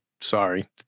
sorry